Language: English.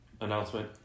announcement